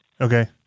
Okay